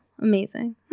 Amazing